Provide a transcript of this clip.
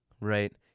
Right